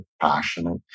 passionate